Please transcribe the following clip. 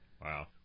Wow